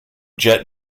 jet